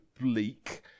bleak